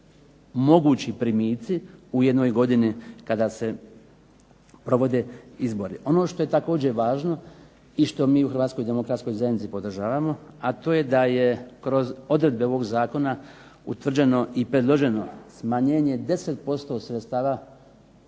mogući primici u jednoj godini kada se provode izbori. Ono što je također važno i što mi u Hrvatskoj demokratskoj zajednici podržavamo, a to je da je kroz odredbe ovog zakona utvrđeno i predloženo smanjenje 10% sredstava